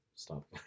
stop